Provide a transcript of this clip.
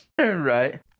Right